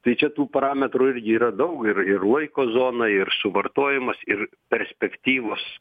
tai čia tų parametrų irgi yra daug ir ir laiko zona ir suvartojimas ir perspektyvos